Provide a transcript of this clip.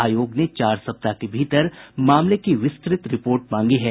आयोग ने चार सप्ताह के भीतर मामले की विस्तृत रिपोर्ट मांगी है